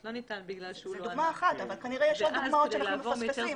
זאת דוגמה אחת אבל כנראה יש עוד דוגמאות שאנחנו מפספסים.